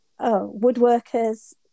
woodworkers